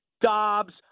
Dobbs